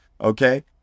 okay